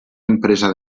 empresa